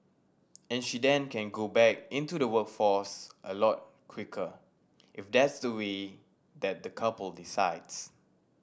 and she then can go back into the workforce a lot quicker if that's the way that the couple decides